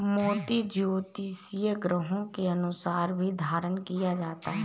मोती ज्योतिषीय ग्रहों के अनुसार भी धारण किया जाता है